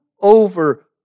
over